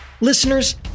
Listeners